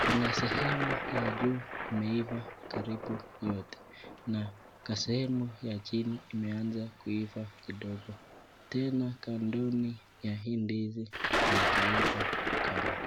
kuna sehemu ya juu imeiva karibu yote na kasehemu ya chini imeanza kuiva kidogo , tena kandoni ya hii ndizi haijaiva kamwe.